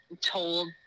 told